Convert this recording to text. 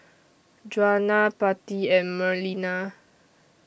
Juana Patti and Marlena